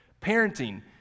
Parenting